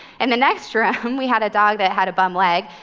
and the next room, we had a dog that had a bum leg.